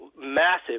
massive